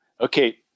Okay